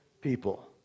people